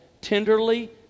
tenderly